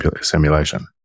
simulation